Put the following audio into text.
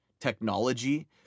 technology